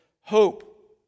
hope